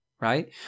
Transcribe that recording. Right